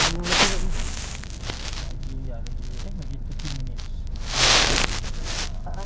but bagi aku tengok macam mana at least from this trial kita tahu that that dua belas dollar dia pun akan aku rasa dia pun akan feedback